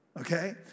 okay